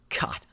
God